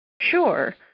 Sure